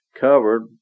covered